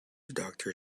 doctor